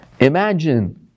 Imagine